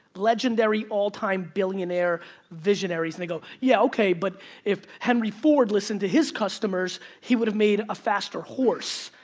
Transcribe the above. legendary, all time billionaire visionaries, and they go yeah okay, but if henry ford listened to his customers, he would have made a faster horse.